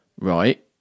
right